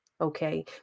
Okay